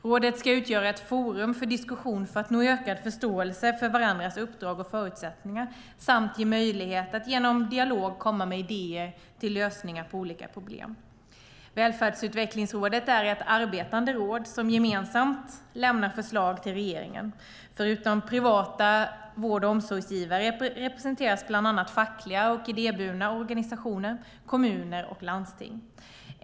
Rådet ska utgöra ett forum för diskussion för att nå ökad förståelse för varandras uppdrag och förutsättningar samt ge möjlighet att genom dialog komma med idéer till lösningar på olika problem. Välfärdsutvecklingsrådet är ett arbetande råd som gemensamt lämnar förslag till regeringen. Förutom privata vård och omsorgsgivare representeras bland annat fackliga och idéburna organisationer, kommuner och landsting.